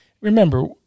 remember